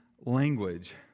language